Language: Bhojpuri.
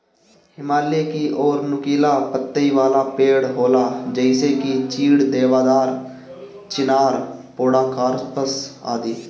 हिमालय की ओर नुकीला पतइ वाला पेड़ होला जइसे की चीड़, देवदार, चिनार, पोड़ोकार्पस आदि